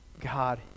God